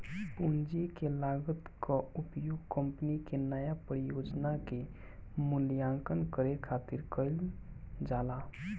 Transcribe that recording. पूंजी के लागत कअ उपयोग कंपनी के नया परियोजना के मूल्यांकन करे खातिर कईल जाला